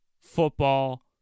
football